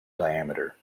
diameter